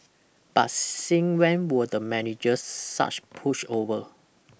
but since when were the managers such pushover